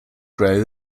grow